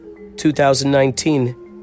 2019